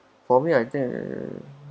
for me I think